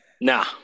Nah